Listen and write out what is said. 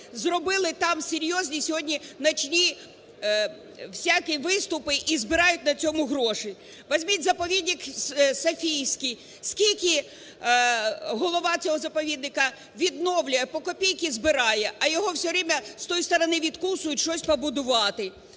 зробили там серйозні сьогодні нічні всякі виступи і збирають на цьому гроші. Візьміть заповідник Софіївський, скільки голова цього заповідника відновлює, по копійці збирає, а його все время с тої сторони відкусують щось побудувати.